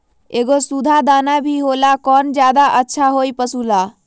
एगो सुधा दाना भी होला कौन ज्यादा अच्छा होई पशु ला?